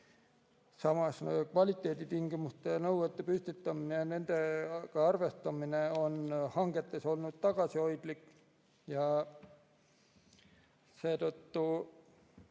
Samas, kvaliteeditingimuste ja -nõuete püstitamine ning nendega arvestamine on hangetes olnud tagasihoidlik, seetõttu